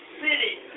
city